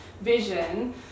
vision